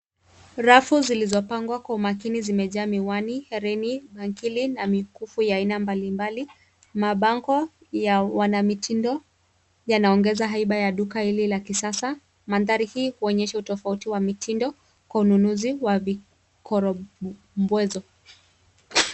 Rafu zilizopangwa kwa makini zimejaa miwani, hereni, bangili na mikufu ya aina mbalimbali. Mabango ya wanamitindo yanaongeza haiba ya duka hili la kisasa. Maanthari hii huonyesha utofauti wa mitindo kwa ununuzi wa vikorombwezo.